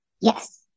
yes